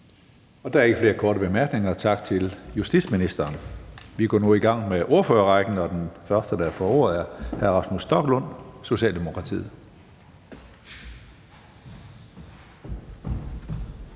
Der er ikke flere korte bemærkninger. Tak til justitsministeren. Vi går nu i gang med ordførerrækken, og den første, der får ordet, er hr. Rasmus Stoklund, Socialdemokratiet.